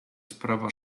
sprawa